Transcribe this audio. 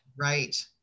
Right